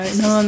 no